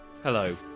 Hello